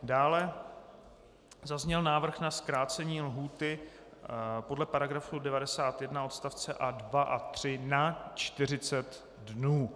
Dále zazněl návrh na zkrácení lhůty podle § 91 odst. 2 a 3 na 40 dnů.